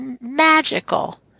magical